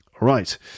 right